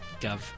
Gov